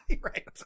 Right